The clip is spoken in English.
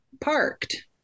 parked